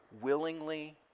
willingly